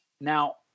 now